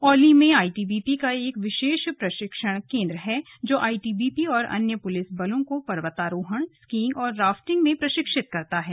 औली में आईटीबीपी का एक विशेष प्रशिक्षण केंद्र है जो आईटीबीपी और अन्य पुलिस बलों को पर्वतारोहण स्कीइंग और राफ्टिंग में प्रशिक्षित करता है